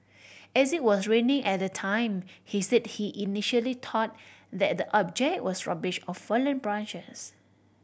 as it was raining at the time he said he initially thought that the object was rubbish or fallen branches